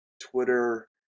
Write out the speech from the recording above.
twitter